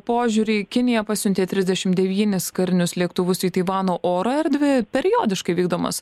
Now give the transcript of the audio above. požiūrį kinija pasiuntė trisdešim devynis karinius lėktuvus į taivano oro erdvę periodiškai vykdomas